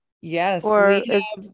Yes